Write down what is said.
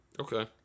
Okay